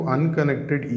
Unconnected